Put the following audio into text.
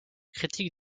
critique